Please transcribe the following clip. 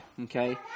okay